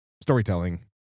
storytelling